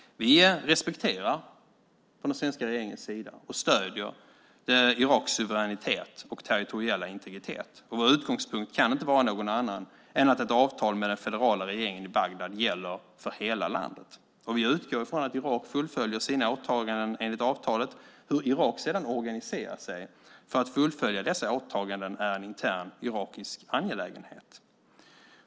Från den svenska regeringens sida respekterar och stöder vi Iraks suveränitet och territoriella integritet. Vår utgångspunkt kan inte vara någon annan än att ett avtal med den federala regeringen i Bagdad gäller för hela landet. Vi utgår från att Irak fullföljer sina åtaganden enligt avtalet. Hur Irak sedan organiserar sig för att fullfölja dessa åtaganden är en intern irakisk angelägenhet.